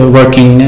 working